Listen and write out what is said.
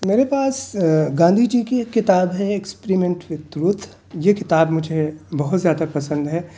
میرے پاس گاندھی جی کی ایک کتاب ہے ایکسپیریمینٹ وتھ ٹروتھ یہ کتاب مجھے بہت زیادہ پسند ہے